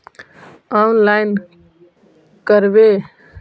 Online करवे?